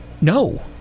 No